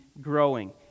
growing